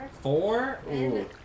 Four